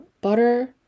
butter